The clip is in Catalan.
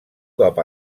cop